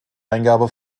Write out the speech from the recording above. eingabe